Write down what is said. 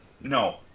No